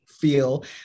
feel